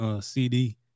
CD